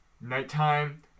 nighttime